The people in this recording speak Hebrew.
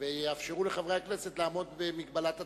ויאפשרו לחברי הכנסת לעמוד במגבלת הדקה.